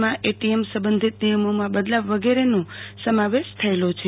માં એટીએમ સંબંધિત નિયમોમાં બદલાવ વગેરેનો સમાવેશ થયેલો છે